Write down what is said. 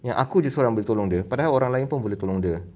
yang aku jer seorang yang boleh tolong dia padahal orang lain pun boleh tolong dia